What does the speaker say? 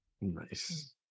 Nice